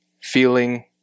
feeling